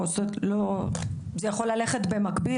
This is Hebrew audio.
זה יכול ללכת במקביל,